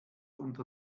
unter